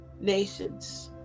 nations